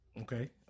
Okay